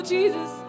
Jesus